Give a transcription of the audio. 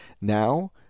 now